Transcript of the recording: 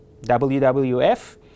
WWF